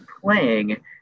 playing